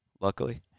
luckily